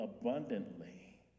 abundantly